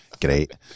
Great